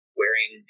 wearing